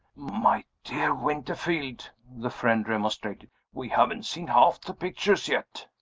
my dear winterfield! the friend remonstrated, we haven't seen half the pictures yet.